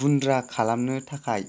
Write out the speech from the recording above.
गुन्द्रा खालामनो थाखाय